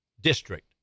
district